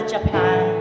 Japan